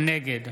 נגד